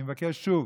אני מבקש שוב